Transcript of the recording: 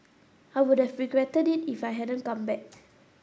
I would have regretted it if I hadn't come back